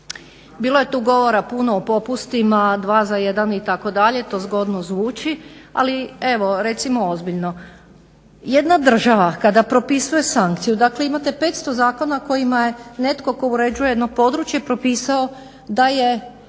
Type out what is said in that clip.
Bilo je tu govora puno o popustima, dva za jedan itd., to zgodnog zvuči ali evo recimo ozbiljno. Jedna država kada propisuje sankciju, dakle imate 500 zakona kojima je netko tko uređuje jedno područje propisao da je